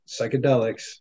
psychedelics